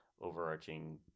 overarching